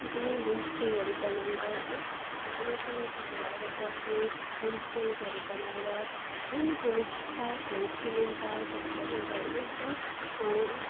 एकदमै होमस्टेहरू बनाएर होइन एकदमै पर्यटकहरू आएर बस्ने होमस्टेसहरू बनाएर सानो सानो पार्कहरू चिल्ड्रेन पार्कहरू बनाएर होइन एकदमै